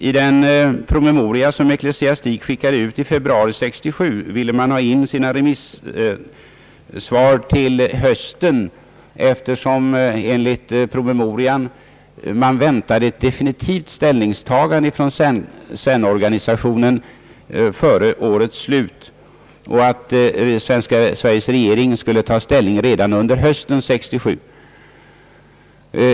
I den promemoria som ecklesiastikdepartementet skickade ut i februari 1967 ville man ha in sina remissvar till hösten, eftersom man enligt promemorian väntade ett definitivt ställningstagande från CERN-organisationen före årets slut och ett ställningstagande från svenska regeringen redan under hösten 1967.